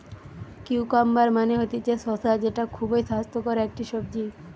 cucumber মানে হতিছে শসা যেটা খুবই স্বাস্থ্যকর একটি সবজি